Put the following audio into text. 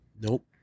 Nope